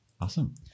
Awesome